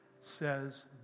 says